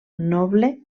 noble